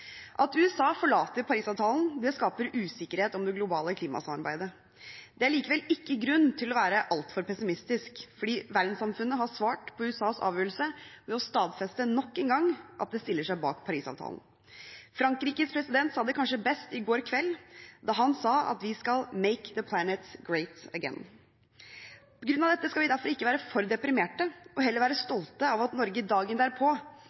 At USA forlater Paris-avtalen, skaper usikkerhet om det globale klimasamarbeidet. Det er likevel ikke grunn til å være altfor pessimistisk, for verdenssamfunnet har svart på USAs avgjørelse med å stadfeste nok en gang at man stiller seg bak Paris-avtalen. Frankrikes president sa det kanskje best i går kveld da ha sa at man skal «Make our planet great again». På grunn av dette skal vi derfor ikke være for deprimerte og heller være stolte av at Norge dagen